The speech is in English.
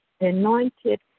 anointed